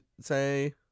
say